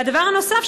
והדבר הנוסף,